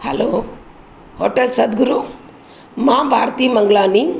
हलो hotel Satguru मां भारती मंगलानी